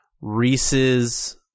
Reese's